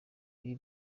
ibi